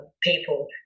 people